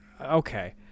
Okay